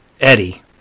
Eddie